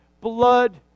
blood